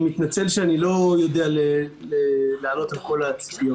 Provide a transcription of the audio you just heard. אני מתנצל שאני לא יודע לענות על כל הציפיות.